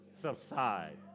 subside